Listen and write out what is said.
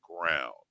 ground